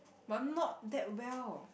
but not that well